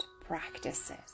practices